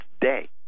day